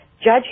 Judge